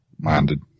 minded